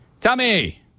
Tommy